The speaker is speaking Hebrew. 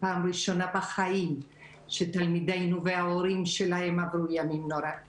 פעם ראשונה בחיים שתלמידנו וההורים שלהם עברו ימים נוראיים